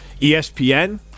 ESPN